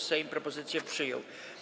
Sejm propozycję przyjął.